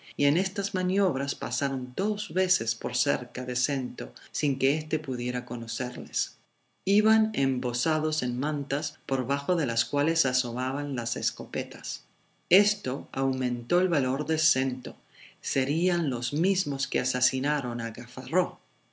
y en estas maniobras pasaron dos veces por cerca de snto sin que éste pudiera conocerles iban embozados en mantas por bajo de las cuales asomaban las escopetas esto aumentó el valor de snto serían los mismos que asesinaron a gafarró